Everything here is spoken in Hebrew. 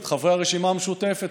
את חברי הרשימה המשותפת,